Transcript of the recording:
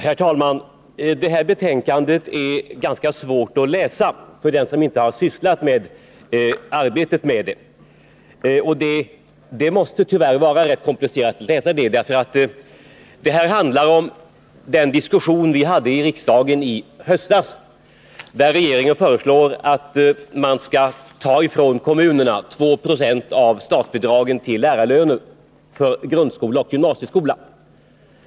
Herr talman! Detta betänkande är ganska svårt att läsa för den som inte har arbetat med det. Och det måste tyvärr också vara rätt komplicerat att läsa det, eftersom det handlar om den diskussion vi hade i riksdagen i höstas. Regeringen föreslår att man skall ta ifrån kommunerna 2 Yo av statsbidragen till lärarlöner för grundskola och gymnasieskola.